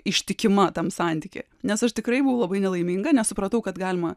ištikima tam santykyje nes aš tikrai buvau labai nelaiminga nes supratau kad galima